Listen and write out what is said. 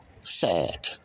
sad